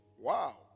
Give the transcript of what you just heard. Wow